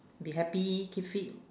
be happy keep fit